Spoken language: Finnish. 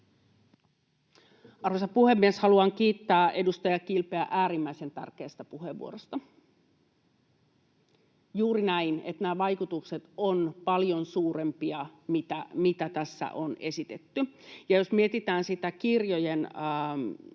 Arvoisa puhemies! Haluan kiittää edustaja Kilpeä äärimmäisen tärkeästä puheenvuorosta. On juuri näin, että nämä vaikutukset ovat paljon suurempia kuin mitä tässä on esitetty. Jos mietitään sitä kirjojen